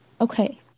Okay